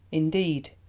indeed,